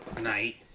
Night